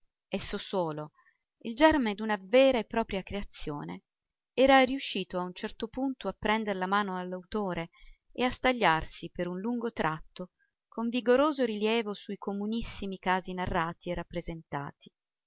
esso solo il germe d'una vera e propria creazione era riuscito a un certo punto a prender la mano all'autore e a stagliarsi per un lungo tratto con vigoroso rilievo su i comunissimi casi narrati e rappresentati